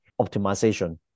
optimization